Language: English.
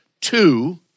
two